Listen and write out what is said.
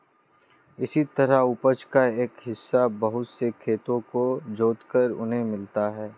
इसी तरह उपज का एक हिस्सा बहुत से खेतों को जोतकर इन्हें मिलता है